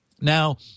Now